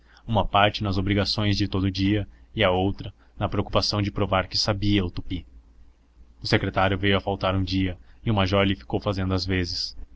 uma parte nas obrigações de todo o dia e a outra na preocupação de provar que sabia o tupi o secretário veio a faltar um dia e o major lhe ficou fazendo as vezes